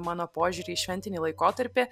mano požiūrį į šventinį laikotarpį